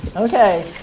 ok.